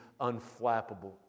unflappable